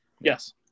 yes